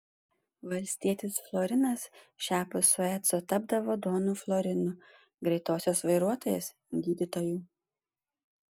valstietis florinas šiapus sueco tapdavo donu florinu greitosios vairuotojas gydytoju